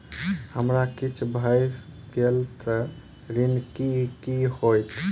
हमरा किछ भऽ गेल तऽ ऋण केँ की होइत?